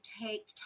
take